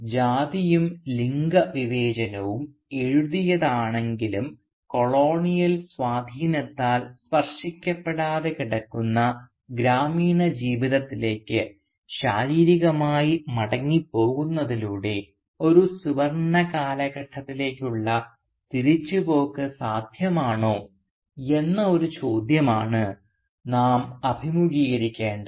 അതിനാൽ ജാതിയും ലിംഗവിവേചനവും എഴുതിയതാണെങ്കിലും കൊളോണിയൽ സ്വാധീനത്താൽ സ്പർശിക്കപ്പെടാതെ കിടക്കുന്ന ഗ്രാമീണ ജീവിതത്തിലേക്ക് ശാരീരികമായി മടങ്ങിപ്പോകുന്നതിലൂടെ ഒരു സുവർണ്ണ കാലഘട്ടത്തിലേക്കുള്ള തിരിച്ചുപോക്ക് സാധ്യമാണോ എന്ന ഒരു ചോദ്യമാണ് നാം അഭിമുഖീകരിക്കുന്നത്